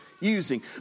using